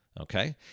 okay